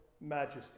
majesty